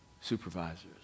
supervisors